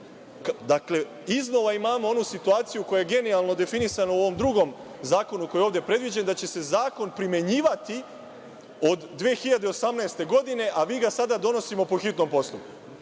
iznova imamo onu situaciju u kojoj je genijalno definisano u ovom drugom zakonu koji je ovde predviđen da će se zakon primenjivati od 2018. godine, a vi ga sada donosimo po hitnom postupku.